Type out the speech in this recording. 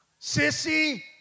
Sissy